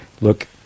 look